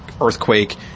earthquake